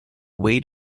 weight